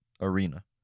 arena